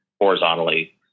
horizontally